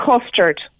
custard